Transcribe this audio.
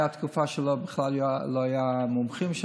הייתה תקופה שבכלל לא היו שם מומחים.